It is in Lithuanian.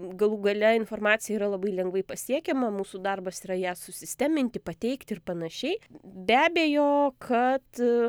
galų gale informacija yra labai lengvai pasiekiama mūsų darbas yra ją susisteminti pateikti ir panašiai be abejo kad